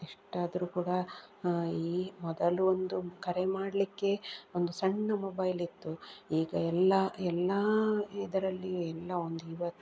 ಎಷ್ಟಾದರೂ ಕೂಡ ಈ ಮೊದಲು ಒಂದು ಕರೆ ಮಾಡಲಿಕ್ಕೆ ಒಂದು ಸಣ್ಣ ಮೊಬೈಲಿತ್ತು ಈಗ ಎಲ್ಲ ಎಲ್ಲ ಇದರಲ್ಲಿ ಎಲ್ಲ ಒಂದು ಇವ